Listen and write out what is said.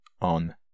on